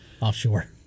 offshore